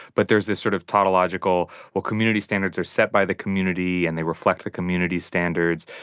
but there's this sort of tautological well, community standards are set by the community and they reflect the community's standards.